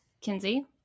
Kinsey